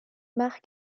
marc